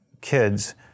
kids